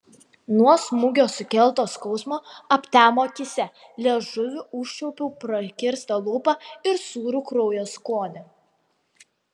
nuo smūgio sukelto skausmo aptemo akyse liežuviu užčiuopiau prakirstą lūpą ir sūrų kraujo skonį